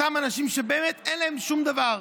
אותם אנשים שבאמת אין להם שום דבר,